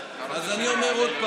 אז אני אומר,